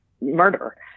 murder